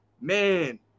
man